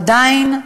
עדיין,